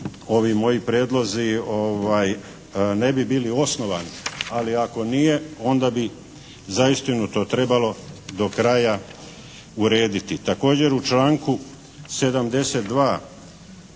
ovi moji prijedlozi ne bi bili osnovani, ali ako nije onda bi zaistinu to trebalo do kraja urediti. Također u članku 72.